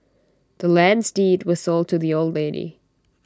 the land's deed was sold to the old lady